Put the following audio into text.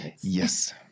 Yes